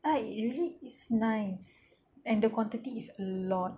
I usually it's nice and the quantity is a lot